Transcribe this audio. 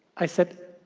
i said,